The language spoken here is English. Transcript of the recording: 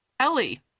Ellie